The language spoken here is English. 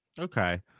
Okay